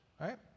right